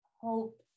hope